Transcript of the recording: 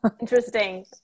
interesting